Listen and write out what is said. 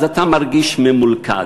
ואז אתה מרגיש ממולכד.